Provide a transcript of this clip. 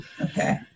Okay